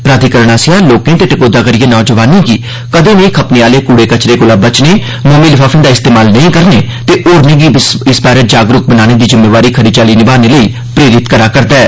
प्राध्यिकरण आम लोकें ते टकोह्दा करियै नोजवानें गी कदें नेइं खपने आले कूड़े कचरे कोला बचने मोमी लफाफे दा इस्तेमाल नेइं करने ते होरनें गी बी इस बारे जागरूक बनाने दी जिम्मेवारी खरी चाल्ली नभाने लेई प्रेरित करै करदा ऐ